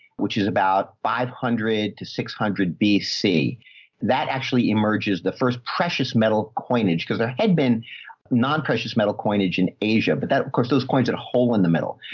which is about. five hundred to six hundred bc that actually emerges the first precious metal coinage because there had been non precious metal coinage in asia, but that, of course those coins had a hole in the middle.